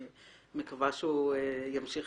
אני מקווה שהוא ימשיך